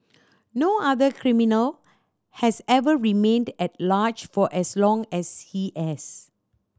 no other criminal has ever remained at large for as long as he as